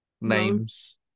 names